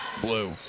Blue